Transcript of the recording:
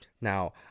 Now